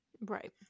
Right